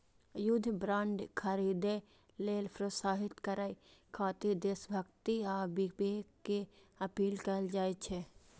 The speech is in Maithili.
युद्ध बांड खरीदै लेल प्रोत्साहित करय खातिर देशभक्ति आ विवेक के अपील कैल जाइ छै